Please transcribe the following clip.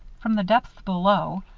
from the depths below,